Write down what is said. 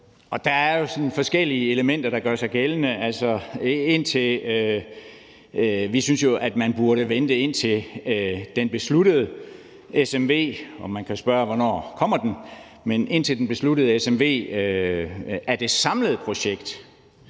sådan forskellige elementer, der gør sig gældende. Vi synes jo, at man burde vente, indtil den besluttede smv – og man kan